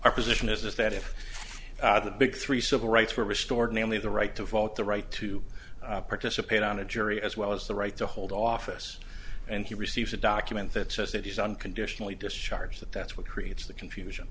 our position is that if the big three civil rights were restored namely the right to vote the right to participate on a jury as well as the right to hold office and he receives a document that says it is unconditionally discharged that that's what creates the confusion